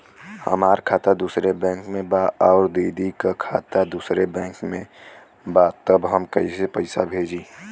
हमार खाता दूसरे बैंक में बा अउर दीदी का खाता दूसरे बैंक में बा तब हम कैसे पैसा भेजी?